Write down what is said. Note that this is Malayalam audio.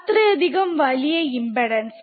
അത്രയധികം വലിയ ഇമ്പ്പെടാൻസ്